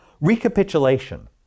recapitulation